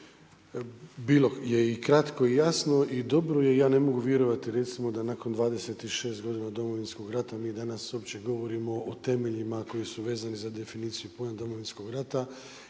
bilo je i kratko i jasno i dobro i ja ne mogu vjerovati recimo da nakon 26 godina Domovinskog rata, mi danas uopće govorimo o temeljima koji su vezani za definiciju pojma Domovinskog rata